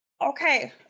Okay